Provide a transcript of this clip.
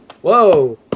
Whoa